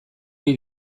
ohi